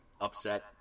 upset